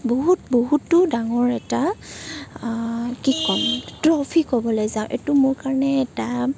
বহুত বহুতো ডাঙৰ এটা কি কম ট্ৰ'ফি ক'বলৈ যাও এইটো মোৰ কাৰণে এটা